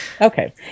okay